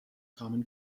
common